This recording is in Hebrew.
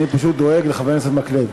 אני פשוט דואג לחבר הכנסת מקלב.